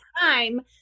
time